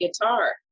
guitar